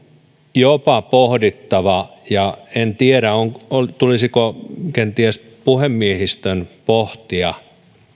jopa pohdittava ja en tiedä tulisiko kenties puhemiehistön pohtia